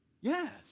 Yes